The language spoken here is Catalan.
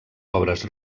obres